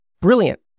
Brilliant